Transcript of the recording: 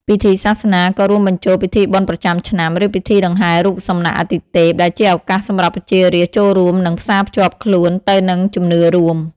ពិធីសាសនាក៏រួមបញ្ចូលពិធីបុណ្យប្រចាំឆ្នាំ ឬពិធីដង្ហែររូបសំណាកអាទិទេព ដែលជាឱកាសសម្រាប់ប្រជារាស្ត្រចូលរួម និងផ្សារភ្ជាប់ខ្លួនទៅនឹងជំនឿរួម។